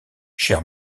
chair